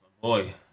boy